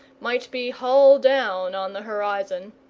might be hull down on the horizon,